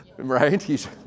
right